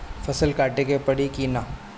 फसल काटे के परी कि न?